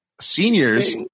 Seniors